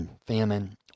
famine